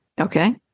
Okay